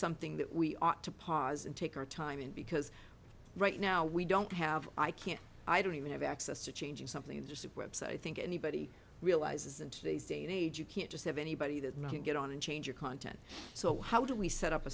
something that we ought to pause and take our time in because right now we don't have i can't i don't even have access to changing something interesting website i think anybody realizes in today's day and age you can't just have anybody that can get on and change your content so how do we set up a